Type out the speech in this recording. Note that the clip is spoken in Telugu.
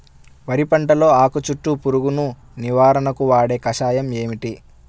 వరి పంటలో ఆకు చుట్టూ పురుగును నివారణకు వాడే కషాయం ఏమిటి?